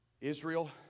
Israel